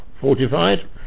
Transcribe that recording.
fortified